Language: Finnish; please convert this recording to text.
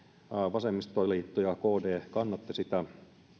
vasemmistoliitto ja kd kannattivat sitä